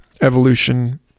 evolution